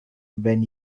when